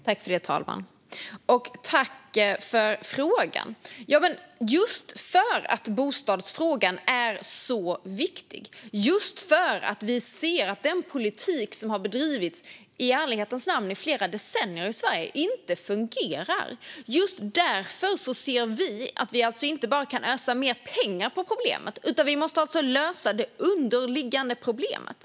Herr talman! Tack, Momodou Malcolm Jallow, för frågan! Just för att bostadsfrågan är så viktig och för att vi ser att den politik som har bedrivits i Sverige, i ärlighetens namn i flera decennier, inte fungerar anser vi att vi inte bara kan ösa mer pengar på problemet utan måste lösa det underliggande problemet.